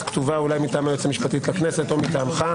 כתובה מטעם היועצת המשפטית לכנסת או מטעמך.